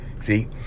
see